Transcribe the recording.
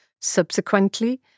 Subsequently